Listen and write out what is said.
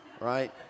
right